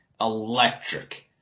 electric